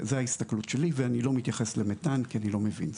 זה ההסתכלות שלי ואני לא מתייחס למתאן כי אני לא מבין,